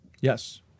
Yes